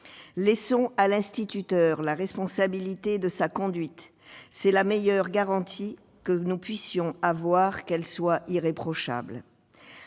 Laissons à l'instituteur la responsabilité de sa conduite, c'est la meilleure garantie que nous puissions avoir qu'elle soit irréprochable.